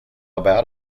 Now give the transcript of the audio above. about